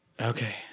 Okay